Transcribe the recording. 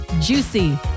Juicy